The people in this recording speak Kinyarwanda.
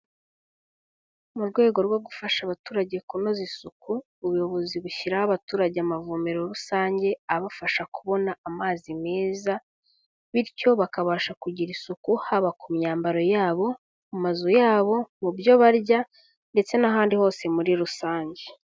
Mu rwego rwo gufasha abaturage kunoza isuku, ubuyobozi bushyiraho abaturage amavomero rusange abafasha kubona amazi meza, bityo bakabasha kugira isuku haba ku myambaro yabo, mu mazu yabo, mu byo barya ndetse n'ahandi hose muri rusange.